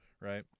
right